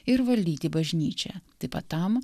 ir valdyti bažnyčią taip pat tam